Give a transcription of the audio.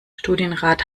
studienrat